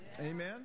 Amen